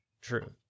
true